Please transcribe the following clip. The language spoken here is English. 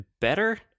better